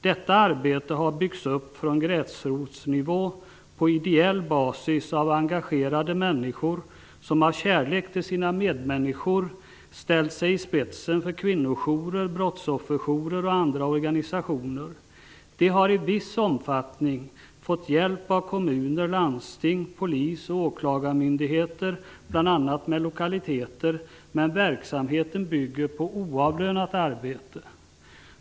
Detta arbete har byggts upp från gräsrotsnivå på ideell basis av engagerade människor, som av kärlek till sina medmänniskor har ställt sig i spetsen för kvinnojourer, brottsofferjourer och andra organisationer. De har i viss omfattning fått hjälp av kommuner, landsting, polis och åklagarmyndigheter, bl.a. med lokaliteter, men verksamheten bygger på oavlönat arbete.